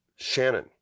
Shannon